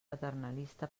paternalista